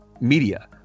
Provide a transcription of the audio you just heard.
media